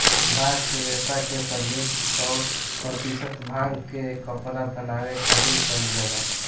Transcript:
bast रेशा के प्रयोग सौ प्रतिशत भांग के कपड़ा बनावे खातिर कईल जाला